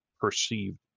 perceived